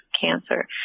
cancer